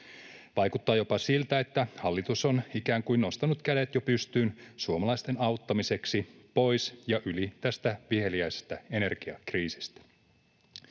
Vaikuttaa jopa siltä, että hallitus on ikään kuin jo nostanut kädet pystyyn suomalaisten auttamisessa pois ja yli tästä viheliäisestä energiakriisistä.